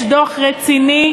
יש דוח רציני,